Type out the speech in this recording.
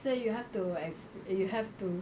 sir you have to ex~ you have to